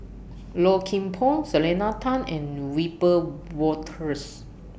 Low Kim Pong Selena Tan and Wiebe Wolters